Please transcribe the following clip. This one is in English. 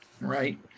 right